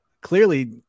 clearly